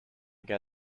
get